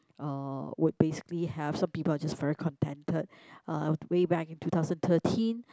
uh would basically have some people are just very contended uh way back in two thousand thirteen